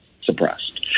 suppressed